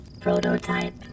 Prototype